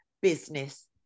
business